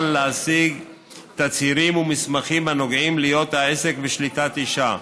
להגיש תצהירים ומסמכים הנוגעים להיות העסק בשליטת אישה.